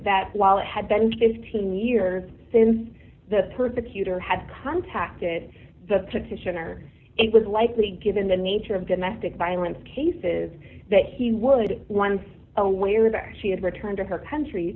that while it had been fifteen years since the persecutor had contacted the petitioner it was likely given the nature of domestic violence cases that he would once aware that she had returned to her country